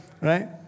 right